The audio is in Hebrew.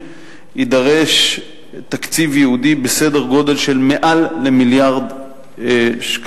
יידרש תקציב ייעודי בסדר גודל של יותר ממיליארד שקלים.